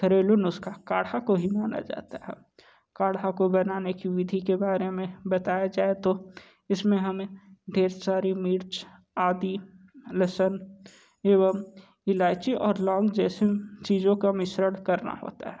घरेलू नुस्ख़ा काढ़ा को ही माना जाता है काढ़ा को बनाने की विधि के बारे में बताया जाए तो इस में हमें ढेर सारी मिर्च आदि लसन एवं इलायची और लौंग जैसी चीज़ों का मिश्रण करना होता है